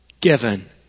given